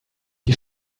die